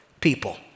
people